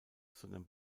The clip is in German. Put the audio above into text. sondern